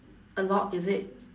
a lot is it